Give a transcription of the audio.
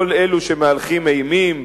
כל אלה שמהלכים אימים,